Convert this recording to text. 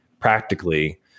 practically